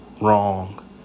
wrong